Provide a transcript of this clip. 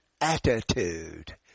attitude